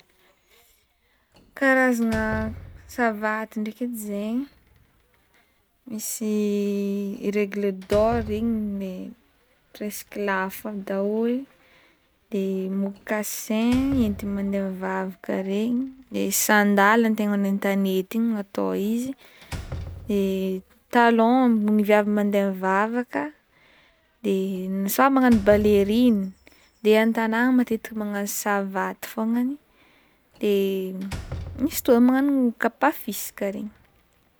Karazagna savaty ndraiky edy zegny: misy ry aigle d'or regny preska lafo daholy de mocassin enti mandeha mivavaka regny, de sandale tegna hoantanety igny no atao izy ,de talon viavy mandeha mivavaka de samy magnano balerine de antanagna matetiky magnano savaty fognany de misy tô magnagno kapa fisaka regny.